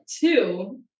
two